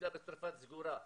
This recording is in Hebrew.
'הקונסוליה בצרפת סגורה,